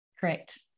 Correct